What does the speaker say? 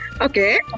Okay